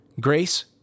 grace